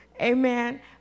Amen